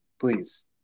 Please